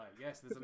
yes